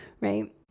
right